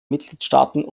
mitgliedstaaten